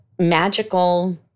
magical